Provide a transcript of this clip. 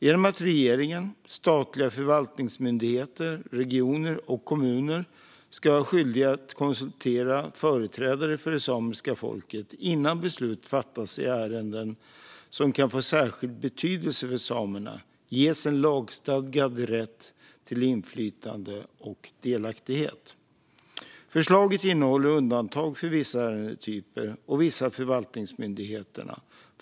Genom att regeringen, statliga förvaltningsmyndigheter, regioner och kommuner ska vara skyldiga att konsultera företrädare för det samiska folket innan beslut fattas i ärenden som kan få särskild betydelse för samerna ges en lagstadgad rätt till inflytande och delaktighet. Förslaget innehåller undantag för vissa ärendetyper och vissa förvaltningsmyndigheter.